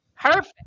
Perfect